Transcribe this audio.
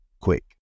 quick